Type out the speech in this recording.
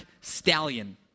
stallion